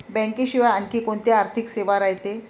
बँकेशिवाय आनखी कोंत्या आर्थिक सेवा रायते?